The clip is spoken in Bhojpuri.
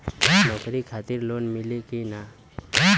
नौकरी खातिर लोन मिली की ना?